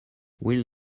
will